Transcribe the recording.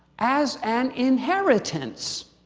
as an inheritance.